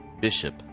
Bishop